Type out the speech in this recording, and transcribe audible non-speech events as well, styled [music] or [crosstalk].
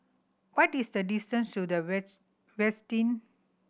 what is the distance to The [unintelligible] Westin